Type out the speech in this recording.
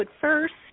first